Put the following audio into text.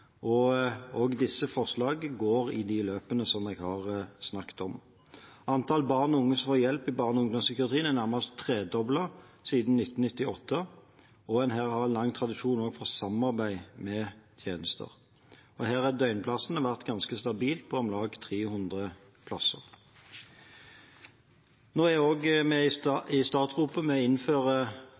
Disse forslagene er i de løpene som jeg har snakket om. Antallet barn og unge som får hjelp i barne- og ungdomspsykiatrien, er nærmest tredoblet siden 1998, og en har en lang tradisjon for samarbeid om tjenester. Antallet døgnplasser har vært ganske stabilt, på om lag 300 plasser. Vi er også i startgropen med å innføre pakkeforløp innenfor både psykisk helse og rus. Dette vil gi gode, helhetlige pasientforløp. I